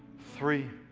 three.